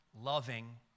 loving